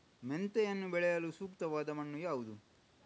ಮೆಂತೆಯನ್ನು ಬೆಳೆಯಲು ಸೂಕ್ತವಾದ ಮಣ್ಣು ಯಾವುದು?